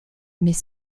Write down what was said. mais